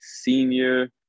senior